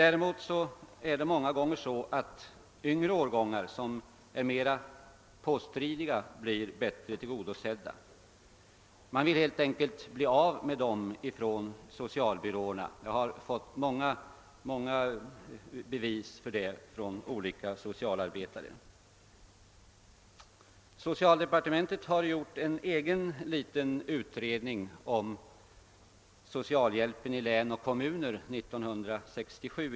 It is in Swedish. Däremot blir yngre årgångar, som är mera påstridiga, inte sällan bättre tillgodosedda. Man vill helt enkelt bli av med dem på socialbyråerna; jag har fått många bevis på det från olika socialarbetare. Socialdepartementet har gjort en egen liten utredning som heter Socialhjälpen i län och kommuner 1967.